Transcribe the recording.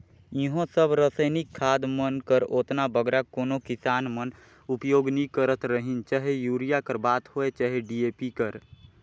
इहों सब रसइनिक खाद मन कर ओतना बगरा कोनो किसान मन उपियोग नी करत रहिन चहे यूरिया कर बात होए चहे डी.ए.पी कर